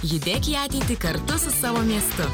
judėk į ateitį kartu su savo miestu